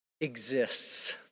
exists